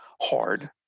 hard